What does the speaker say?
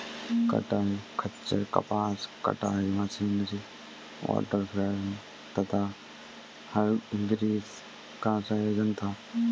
कताई खच्चर कपास कताई मशीनरी वॉटर फ्रेम तथा हरग्रीव्स का संयोजन था